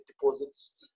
deposits